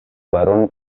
varón